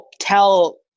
tell